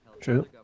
True